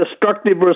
destructive